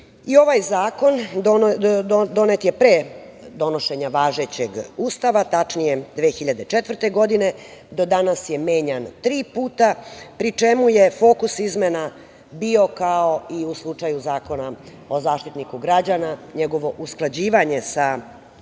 ovaj zakon donet je pre donošenja važećeg Ustava, tačnije 2004. godine, do danas je menjan tri puta, pri čemu je fokus izmena bio kao i u slučaju Zakona o Zaštitniku građana, njegovo usklađivanje sa Ustavom,